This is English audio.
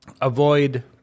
avoid